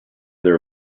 their